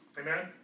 Amen